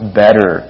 better